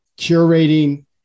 curating